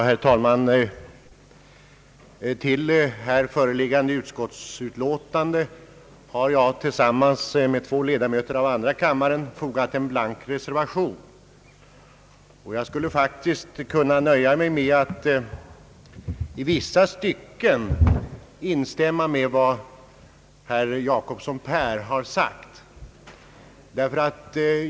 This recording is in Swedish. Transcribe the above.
Herr talman! Till här föreliggande utskottsutlåtande har jag tillsammans med två ledamöter av andra kammaren fogat en blank reservation, och jag skulle faktiskt kunna nöja mig med att i vissa stycken instämma med var herr Jacobsson, Per, har sagt.